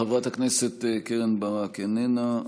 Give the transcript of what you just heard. חברת הכנסת קרן ברק, איננה.